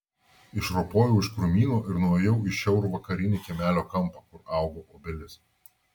išropojau iš krūmyno ir nuėjau į šiaurvakarinį kiemelio kampą kur augo obelis